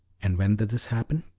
and when did this happen?